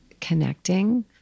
connecting